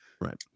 Right